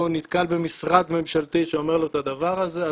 נתקל במשרד ממשלתי שאומר לו את הדבר הזה,